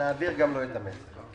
נעביר לו את המסר.